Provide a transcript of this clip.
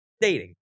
Dating